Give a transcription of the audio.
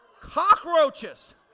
cockroaches